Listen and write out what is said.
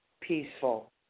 peaceful